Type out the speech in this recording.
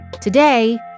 Today